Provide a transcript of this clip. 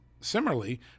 Similarly